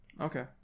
Okay